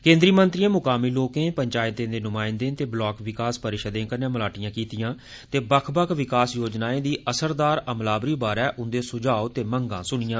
केन्द्रीय मंत्रिए मकामी लोकें पंचायतें दे नुमायंदे ते ब्लाक विभास परिषदें कन्नै मलाटियां कीतियां ते बक्ख बक्ख विकास योजनाएं दी असरदार अमलावरी बारे उंदे सुझाव मे मंगा सुनिया